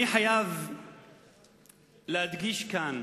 אני חייב להדגיש כאן